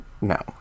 no